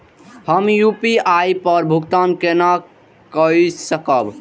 हम यू.पी.आई पर भुगतान केना कई सकब?